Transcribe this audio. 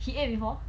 he ate before